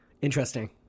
Interesting